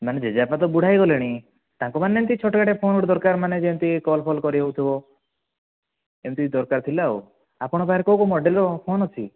ମାନେ ଜେଜେବାପା ତ ବୁଢା ହୋଇଗଲେଣି ତାଙ୍କୁ ମାନେ ଏମିତି ଛୋଟ କାଟିଆ ଫୋନ୍ଟେ ଦରକାର ମାନେ ଯେମିତି କଲ୍ ଫଲ୍ କରିହେଉଥିବ ଏମିତି ଦରକାର ଥିଲା ଆଉ ଆପଣଙ୍କ ପାଖରେ କେଉଁ କେଉଁ ମୋଡେଲ୍ର ଫୋନ୍ ଅଛି